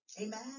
Amen